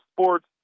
sports